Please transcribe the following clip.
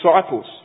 disciples